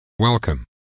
Welcome